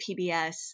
pbs